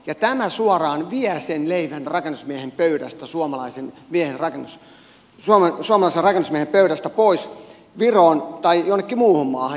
tämä suoraan vie sen leivän rakennusmiehen pöydästä suomalaisen rakennusmiehen pöydästä pois viroon tai johonkin muuhun maahan